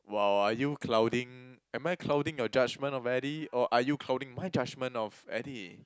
!wow! are you clouding am I clouding your judgement of Eddie or are you clouding my judgement of Eddie